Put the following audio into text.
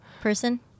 person